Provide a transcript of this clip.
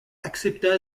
accepta